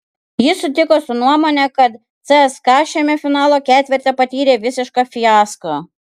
jis sutiko su nuomone kad cska šiame finalo ketverte patyrė visišką fiasko